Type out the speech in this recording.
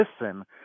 listen